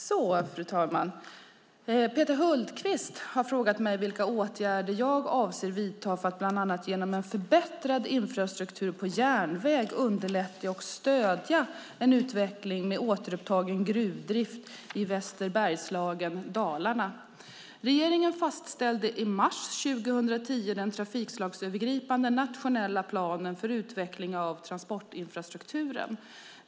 Fru talman! Peter Hultqvist har frågat mig vilka åtgärder jag avser att vidta för att bland annat genom en förbättrad infrastruktur på järnväg underlätta och stödja en utveckling med återupptagen gruvdrift i Västerbergslagen i Dalarna. Regeringen fastställde i mars 2010 den trafikslagsövergripande nationella planen för utveckling av transportinfrastrukturen.